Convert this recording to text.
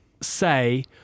say